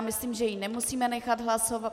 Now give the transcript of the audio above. Myslím, že ji nemusíme nechat hlasovat.